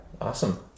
Awesome